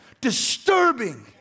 disturbing